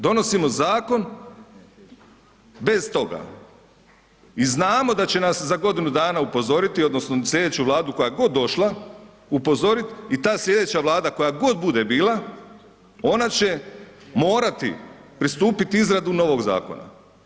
Donosimo zakon bez toga i znamo da će nas za godinu dana upozoriti odnosno slijedeću Vladu koja god došla, upozorit i ta slijedeća Vlada koja god bude bila, ona će morati pristupiti izradi novog zakona.